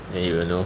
then you will know